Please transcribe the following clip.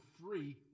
free